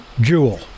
Jewel